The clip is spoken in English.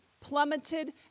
plummeted